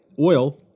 oil